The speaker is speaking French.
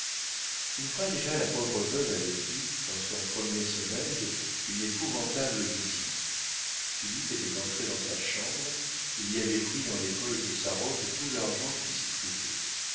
une fois déjà la pauvre veuve avait eu dans son premier sommeil une épouvantable vision philippe était entré dans sa chambre il y avait pris dans les poches de sa robe tout l'argent qui s'y trouvait